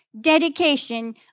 dedication